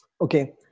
Okay